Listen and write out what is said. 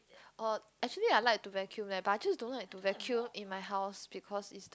oh actually I like to vacuum leh but I just don't like to vacuum in my house because it's